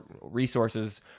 resources